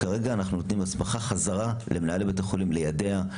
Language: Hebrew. כרגע אנחנו נותנים הסמכה חזרה למנהלי בתי החולים ליידע,